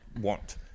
want